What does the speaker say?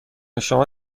شما